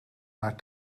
naar